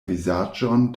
vizaĝon